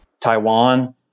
Taiwan